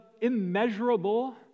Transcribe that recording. immeasurable